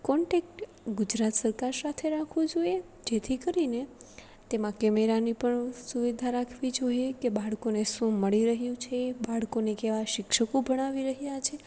contact Gujarat સરકાર સાથે રાખવું જોઈએ જેથી કરીને તેમાં કેમેરાની પણ સુવિધા રાખવી જોઈએ કે બાળકોને શું મળી રહ્યું છે બાળકોને કેવા શિક્ષકો ભણાવી રહ્યાં છે